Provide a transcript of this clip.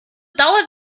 dauert